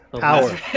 Power